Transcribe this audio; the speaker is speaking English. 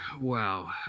wow